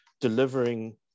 delivering